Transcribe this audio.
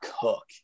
cook